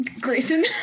Grayson